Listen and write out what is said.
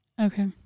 okay